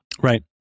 Right